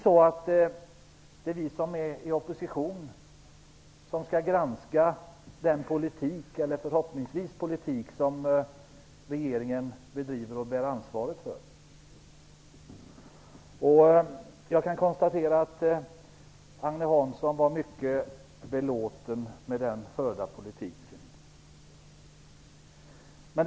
Det är vi som är i opposition som skall granska den politik som regeringen förhoppningsvis bedriver och bär ansvaret för. Agne Hansson var mycket belåten med den förda politiken.